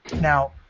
Now